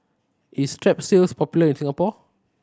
is Strepsils popular in Singapore